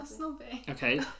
Okay